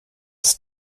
ist